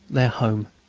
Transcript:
their home.